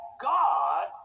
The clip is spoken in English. God